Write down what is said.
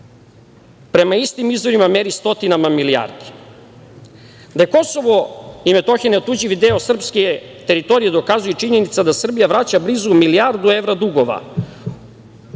prema istim izvorima, meri stotinama milijardi. Da je Kosovo i Metohija neotuđivi deo srpske teritorije dokazuje i činjenica da Srbija vraća blizu milijardu evra dugova